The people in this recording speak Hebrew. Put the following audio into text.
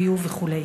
וחשמל, ביוב וכו'?